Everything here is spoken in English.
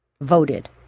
voted